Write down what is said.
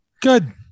Good